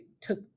took